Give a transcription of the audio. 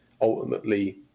ultimately